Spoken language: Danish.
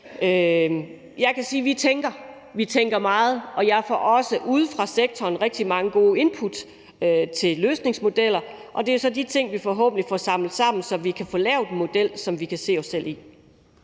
Jeg kan sige, at vi tænker – vi tænker meget – og jeg får også ude fra sektoren rigtig mange gode input til løsningsmodeller. Det er så de ting, vi forhåbentlig får samlet, så vi kan få lavet en model, som vi kan se os selv i.